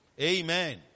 Amen